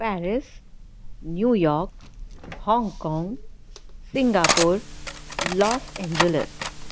Paris New York Hong Kong Singapore Los Angeles